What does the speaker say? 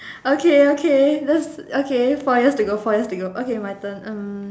okay okay let's okay four years ago four years ago okay my turn um